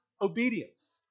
obedience